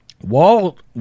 Walt